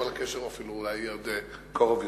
אבל הקשר אולי קרוב יותר.